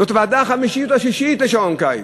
זאת הוועדה החמישית או השישית לשעון קיץ.